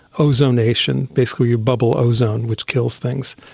ozonation, basically you bubble ozone which kills things,